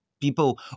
people